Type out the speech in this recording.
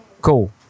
Cool